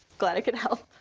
glad i could help.